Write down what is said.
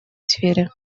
сфере